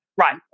Right